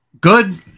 good